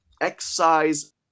excise